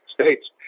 States